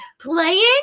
playing